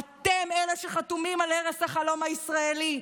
אתם אלה שחתומים על הרס החלום הישראלי,